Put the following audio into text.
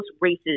races